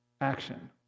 action